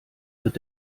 wird